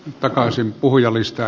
arvoisa puhemies